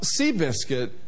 Seabiscuit